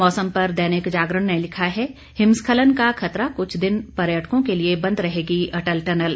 मौसम पर दैनिक जागरण ने लिखा है हिमस्खलन का खतरा कुछ दिन पर्यटकों के लिए बंद रहेगी अटल टनल